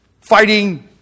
fighting